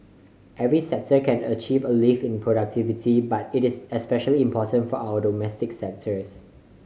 every sector can achieve a lift in productivity but it is especially important for our domestic sectors